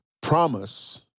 promise